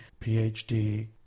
PhD